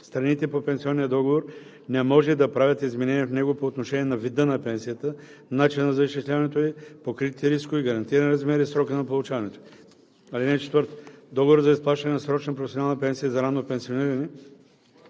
Страните по пенсионния договор не може да правят изменения в него по отношение на вида на пенсията, начина за изчисляването й, покритите рискове, гарантирания размер и срока на получаването ѝ. (4) Договорът за изплащане на срочна професионална пенсия за ранно пенсиониране